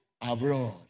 Abroad